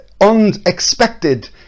unexpected